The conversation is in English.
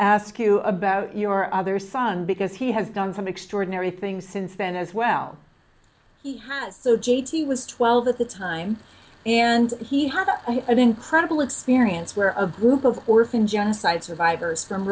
ask you about your other son because he has done some extraordinary things since then as well so j t was twelve at the time and he had an incredible experience where of group of orphan genocide survivors from